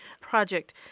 project